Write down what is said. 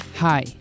Hi